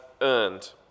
earned